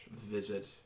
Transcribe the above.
visit